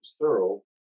thorough